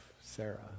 Sarah